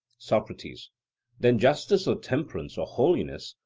socrates then justice or temperance or holiness,